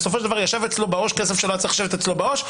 בסופו של דבר ישב אצלו בראש כסף שלא היה צריך לשבת אצלו בראש,